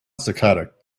psychotic